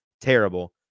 terrible